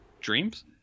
Dreams